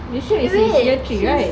you say he year three right